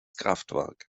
kraftwerk